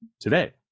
today